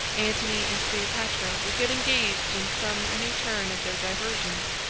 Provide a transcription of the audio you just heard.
antony and cleopatra will get engaged in some new turn of their diversions,